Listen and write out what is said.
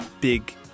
big